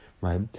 right